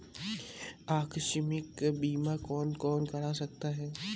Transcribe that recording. आकस्मिक बीमा कौन कौन करा सकता है?